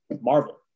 Marvel